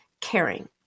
caring